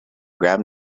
gram